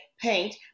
paint